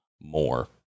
more